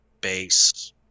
base